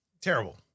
Terrible